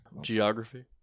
Geography